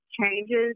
changes